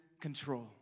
control